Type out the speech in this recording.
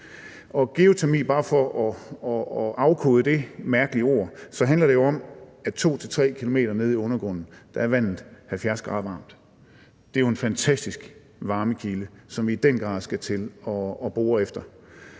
ord – handler jo om, at 2-3 km nede i undergrunden er vandet 70 grader varmt. Det er jo en fantastisk varmekilde, som vi i den grad skal til at bore efter.